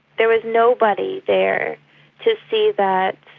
there was nobody there to see that